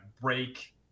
break